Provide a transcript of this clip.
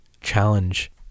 challenge